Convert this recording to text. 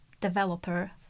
developer